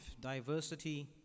diversity